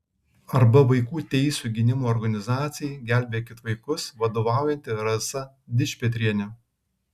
arba vaikų teisių gynimo organizacijai gelbėkit vaikus vadovaujanti rasa dičpetrienė